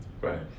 Right